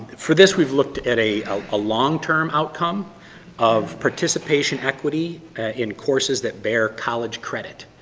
for this we've looked at a ah ah long term outcome of participation equity in courses that bear college credit.